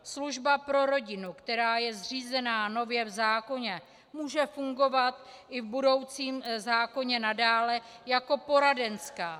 Služba pro rodinu, která je zřízena nově v zákoně, může fungovat i v budoucím zákoně nadále jako poradenská.